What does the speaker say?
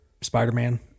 spider-man